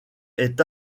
est